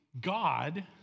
God